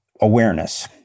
awareness